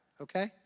okay